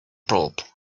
pulp